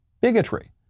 bigotry